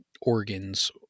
organs